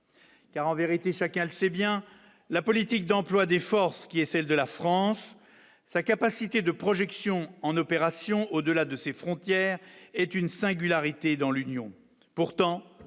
car, en vérité, chacun le sait bien, la politique d'emploi des forces qui est celle de la France, sa capacité de projection en opération au-delà de ses frontières est une singularité dans l'Union,